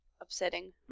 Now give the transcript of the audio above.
Upsetting